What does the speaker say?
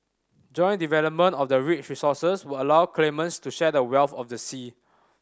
joint development of the rich resources would allow claimants to share the wealth of the sea